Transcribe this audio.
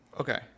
Okay